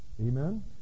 Amen